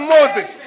Moses